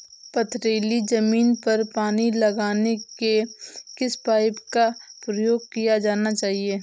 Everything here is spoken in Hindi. पथरीली ज़मीन पर पानी लगाने के किस पाइप का प्रयोग किया जाना चाहिए?